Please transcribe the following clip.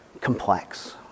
complex